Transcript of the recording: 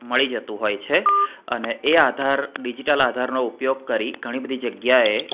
મળી જતું હોય છે અને એ આધાર ડિજીટલ આધારનો ઉપયોગ કરી ઘણી બધી જગ્યાએ